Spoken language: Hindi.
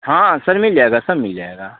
हाँ सर मिल जाएगा सब मिल जाएगा